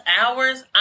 hours